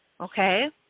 okay